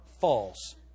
false